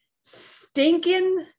stinking